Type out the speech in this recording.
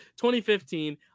2015